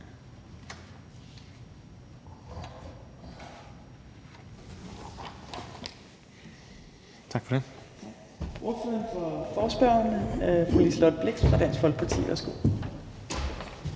Tak for det.